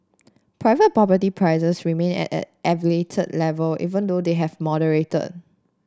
private property prices remained at an elevated level even though they have moderated